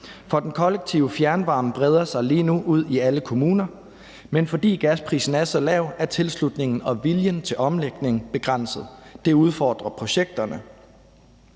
For den kollektive fjernvarmeforsyning udbredes lige nu ude i alle kommuner, men fordi gaspriserne er så lav, er tilslutningen og viljen til omlægning begrænset. Det udfordrer projekterne.